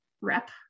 rep